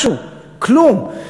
משהו, כלום.